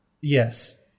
Yes